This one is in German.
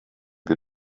wir